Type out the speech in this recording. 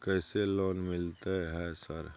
कैसे लोन मिलते है सर?